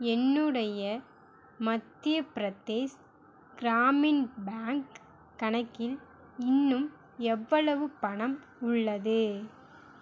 என்னுடைய மத்திய பிரதேஷ் கிராமின் பேங்க் கணக்கில் இன்னும் எவ்வளவு பணம் உள்ளது